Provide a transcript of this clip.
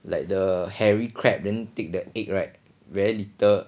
like the hairy crab then take the egg right very little